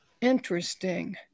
interesting